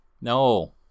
No